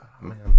man